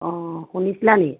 অঁ শুনিছিলা নি